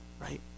right